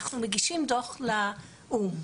אנחנו מגישים דוח לאו"ם.